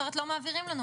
אחרת לא מעבירים לנו.